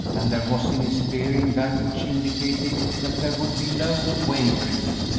and there was in his bearing that which indicated that there would be no wavering,